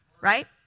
right